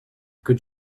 could